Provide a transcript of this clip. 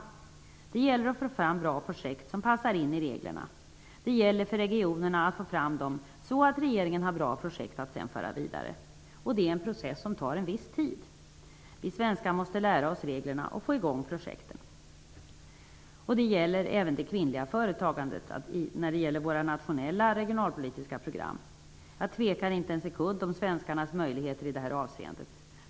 Det gäller för regionerna att få fram bra projekt som passar in i reglerna, så att regeringen har bra projekt att sedan föra vidare, och det är en process som tar en viss tid. Vi svenskar måste lära oss reglerna och få i gång projekten. Det gäller även det kvinnliga företagandet och våra nationella regionalpolitiska program. Jag tvivlar inte en sekund på svenskarnas möjligheter i det här avseendet.